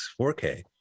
4K